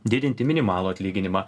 didinti minimalų atlyginimą